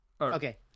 Okay